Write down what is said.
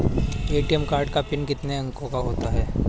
ATM card का PIN कितने अंकों का होता है?